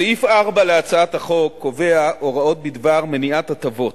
סעיף 4 להצעת החוק קובע הוראות בדבר מניעת הטבות.